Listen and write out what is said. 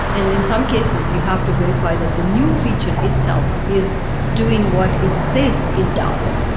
and in some cases you have to verify that the new feature itself is doing what it says it does.